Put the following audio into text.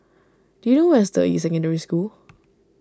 do you know where is Deyi Secondary School